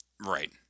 Right